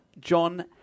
john